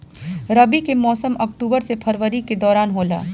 रबी के मौसम अक्टूबर से फरवरी के दौरान होला